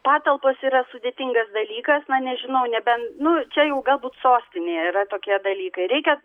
patalpos yra sudėtingas dalykas na nežinau nebent nu čia jau galbūt sostinėje yra tokie dalykai reikia